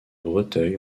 breteuil